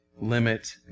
limit